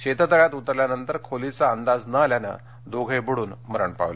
शेततळ्यात उतरल्यानंतर खोलीचा अंदाज नं आल्यानं दोघे बुडून मरण पावले